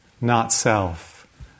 not-self